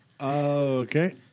okay